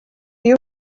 you